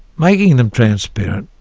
making them transparent,